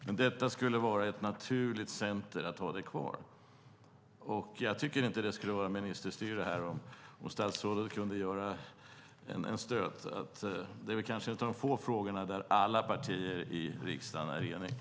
Men det skulle vara ett naturligt centrum att ha det kvar, och jag tycker inte att det skulle vara ministerstyre om statsrådet kunde göra en stöt. Det är kanske en av få frågor där alla partier i riksdagen är eniga.